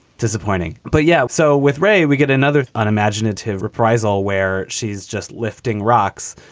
disappointing, but yeah. so with ray, we get another unimaginative reprisal where she's just lifting rocks,